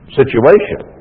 situation